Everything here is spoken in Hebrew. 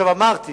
אמרתי